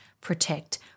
protect